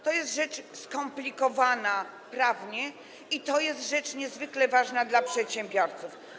To jest rzecz skomplikowana prawnie i to jest niezwykle ważne dla przedsiębiorców.